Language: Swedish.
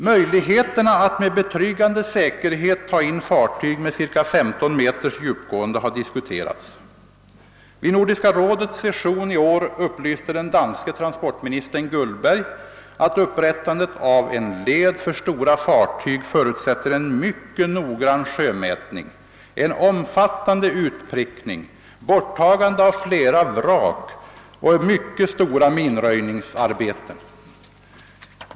Möjligheterna att med betryggande säkerhet ta in fartyg med cirka 15 meters djupgående har diskuterats. Vid Nordiska rådets session i år upplyste den danske transportministern Guldberg att upprättandet av en led för större fartyg förutsätter en mycket noggrann sjömätning, en omfattande utprickning, borttagande av flera vrak och mycket stora minröjningsarbeten.